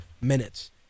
minutes